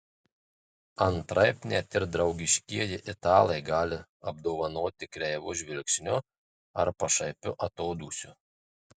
antraip net ir draugiškieji italai gali apdovanoti kreivu žvilgsniu ar pašaipiu atodūsiu